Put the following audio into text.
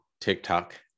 TikTok